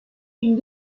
une